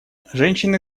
женщины